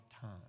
time